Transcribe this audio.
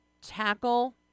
tackle